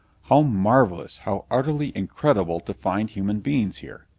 how marvelous, how utterly incredible, to find human beings here!